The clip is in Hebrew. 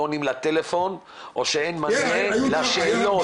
לא עונים לטלפון או שאין מענה לשאלות,